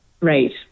Right